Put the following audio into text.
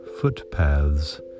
footpaths